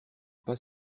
pas